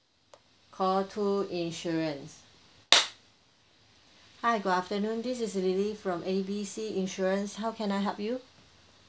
call two insurance hi good afternoon this is lily from A B C insurance how can I help you